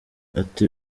ati